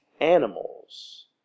animals